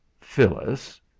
Phyllis